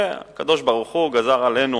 שהקדוש-ברוך-הוא גזר עלינו